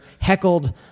heckled